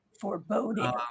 foreboding